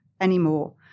anymore